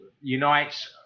unites